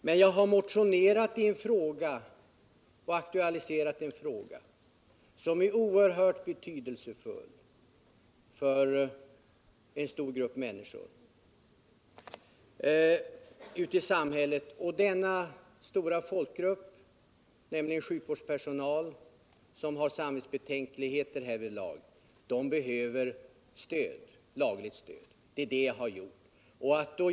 Men jag har motionerat i en fråga som är oerhört betydelsefull för en stor grupp människor i samhället. Denna stora folkgrupp — sjukvårdspersonalen — som har samvetsbetänkligheter härvidlag behöver lagligt stöd. Det är det jag har talat om.